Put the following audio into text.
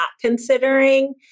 considering